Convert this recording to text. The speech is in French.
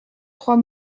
trois